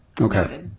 Okay